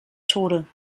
tode